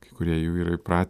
kai kurie jau yra įpratę